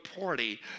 party